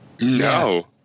No